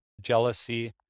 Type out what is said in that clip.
jealousy